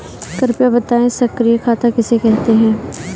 कृपया बताएँ सक्रिय खाता किसे कहते हैं?